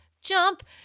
jump